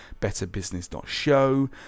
betterbusiness.show